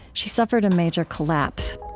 she suffered a major collapse.